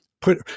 put